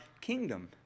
kingdom